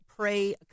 Pray